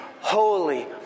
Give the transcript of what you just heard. holy